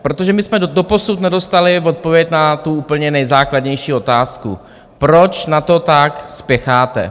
Protože my jsme doposud nedostali odpověď na tu úplně nejzákladnější otázku: Proč na to tak spěcháte?